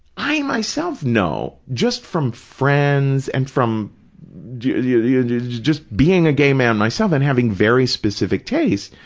i myself know, just from friends and from yeah yeah and just being a gay man myself and having very specific tastes,